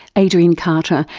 adrian carter,